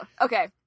Okay